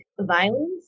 violence